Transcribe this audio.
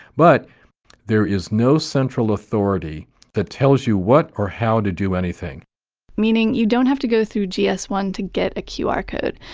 but there is no central authority that tells you what or how to do anything meaning you don't have to go through g s one to get a qr code,